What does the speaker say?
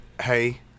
hey